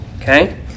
Okay